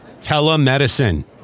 telemedicine